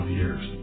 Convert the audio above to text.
years